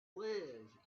live